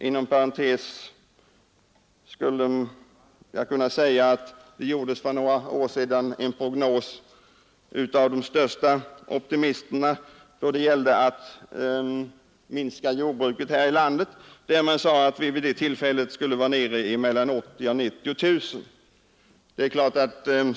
Inom parentes skulle jag vilja säga att för några år sedan de största optimisterna gjorde en prognos över jordbrukets minskning här i landet. Man sade att antalet sysselsatta vid det tillfället skulle vara nere i mellan 80 000 och 90 000.